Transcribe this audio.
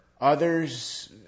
others